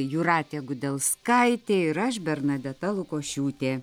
jūratė gudelskaitė ir aš bernadeta lukošiūtė